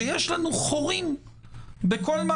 שיש לנו חורים בכל מה